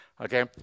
okay